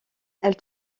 elle